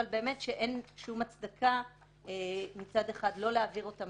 שאין שום הצדקה להעביר אותם